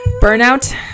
burnout